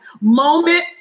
moment